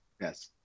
Yes